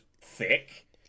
thick